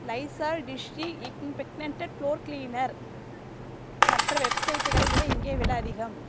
Lysol disinfectant floor cleaner மற்ற வெப்சைட்களை விட இங்கே விலை அதிகம்